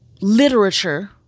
literature